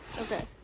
Okay